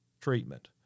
treatment